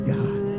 God